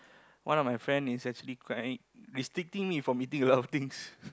one of my friend is actually quite restricting me from eating quite a lot of things